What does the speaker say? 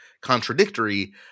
contradictory